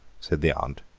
said the aunt,